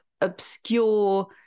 obscure